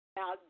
Now